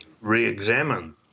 re-examine